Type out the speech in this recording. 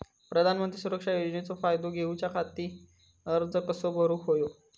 प्रधानमंत्री सुरक्षा योजनेचो फायदो घेऊच्या खाती अर्ज कसो भरुक होयो?